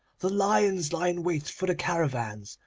the lions lie in wait for the caravans,